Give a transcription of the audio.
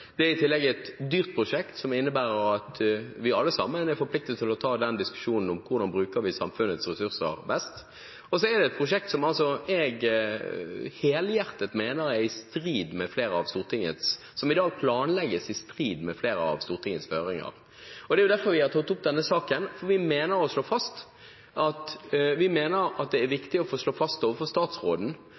Det er i tillegg et dyrt prosjekt som innebærer at vi alle sammen er forpliktet til å ta diskusjonen om hvordan vi bruker samfunnets ressurser best. Og det er et prosjekt som jeg helhjertet mener planlegges i strid med flere av Stortingets føringer. Det er derfor vi har tatt opp denne saken, fordi vi mener det er viktig å få slått fast overfor statsråden